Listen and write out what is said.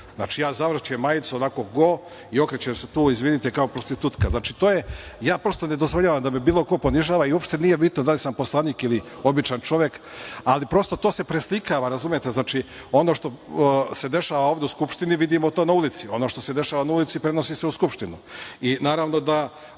Znači, ja zavrćem majicu onako go i okrećem se tu, izvinite, kao prostitutka. Ja prosto ne dozvoljavam da me bilo ko ponižava. Uopšte nije bitno da li sam poslanik ili običan čovek, ali prosto to se preslikava. Znači, ono što se dešava ovde u Skupštini vidimo to na ulici, ono što se dešava na ulici prenosi se u Skupštinu. Ono što